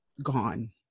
gone